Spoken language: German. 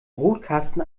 brotkasten